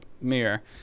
mirror